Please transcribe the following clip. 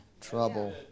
trouble